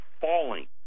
falling